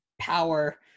power